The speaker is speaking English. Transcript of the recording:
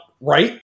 right